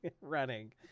running